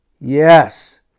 Yes